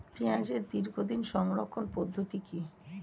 পেঁয়াজের দীর্ঘদিন সংরক্ষণ পদ্ধতি কি?